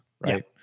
right